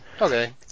Okay